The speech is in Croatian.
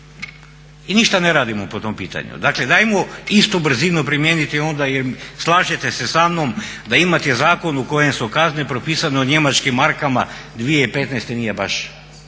I ništa ne radimo po tom pitanju. Dakle ajmo istu brzinu primijeniti onda, jer slažete se samnom da imati zakon u kojem su kazne propisane u njemačkim markama 2015. nije baš